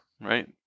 right